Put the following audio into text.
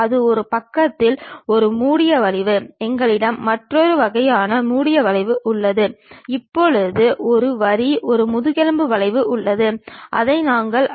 இந்த பல தோற்ற எறியத்தில் முன்பக்கத் தோற்றம் மேல் பக்க தோற்றம் மற்றும் பக்கவாட்டு தோற்றம் ஆகியவை கொண்டிருக்கும்